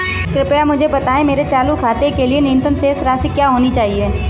कृपया मुझे बताएं मेरे चालू खाते के लिए न्यूनतम शेष राशि क्या होनी चाहिए?